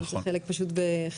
אם זה חלק פשוט בחיבור,